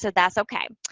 that's okay.